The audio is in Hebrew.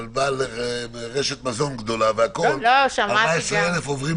אבל בעל רשת מזון גדולה 14,000 עוברים